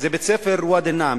זה בית-ספר בוואדי-נעם,